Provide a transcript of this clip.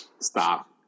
Stop